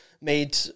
made